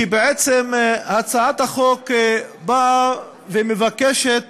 כי בעצם הצעת החוק באה ומבקשת